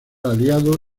aliado